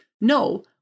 no